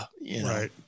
Right